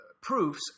proofs